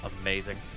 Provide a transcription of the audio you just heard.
Amazing